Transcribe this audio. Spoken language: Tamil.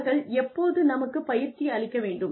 அவர்கள் எப்போது நமக்குப் பயிற்சி அளிக்க வேண்டும்